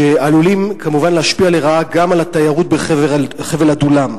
והם עלולים כמובן להשפיע לרעה גם על התיירות בחבל עדולם.